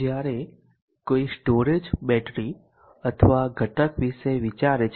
જ્યારે કોઈ storage battery અથવા ઘટક વિશે વિચારે છે